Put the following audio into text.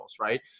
right